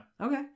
Okay